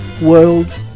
World